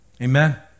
Amen